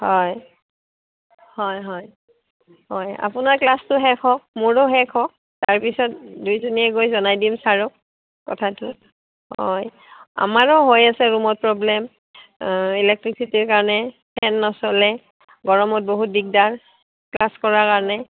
হয় হয় হয় হয় আপোনাৰ ক্লাছটো শেষ হওক মোৰো শেষ হওক তাৰ পিছত দুয়োজনীয়ে গৈ জনাই দিম ছাৰক কথাটো হয় আমাৰো হৈ আছে ৰূমত প্ৰ'ব্লেম ইলেক্টিচিটিৰ কাৰণে ফেন নচলে গৰমত বহুত দিগদাৰ ক্লাছ কৰাৰ কাৰণে